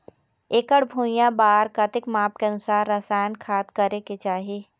एकड़ भुइयां बार कतेक माप के अनुसार रसायन खाद करें के चाही?